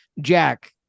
Jack